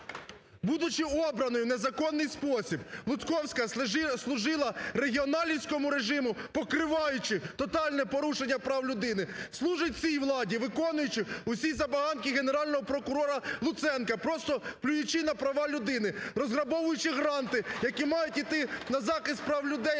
будучи обраною в незаконний спосіб, Лутковська служила регіоналівському режиму, покриваючи тотальне порушення прав людини, служить цій владі, виконуючи усі забаганки Генерального прокурора Луценка, просто плюючи на права людини, розграбовуючи гранти, які мають йти на захист прав людей,